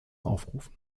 aufrufen